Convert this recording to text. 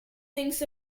thinks